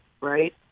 right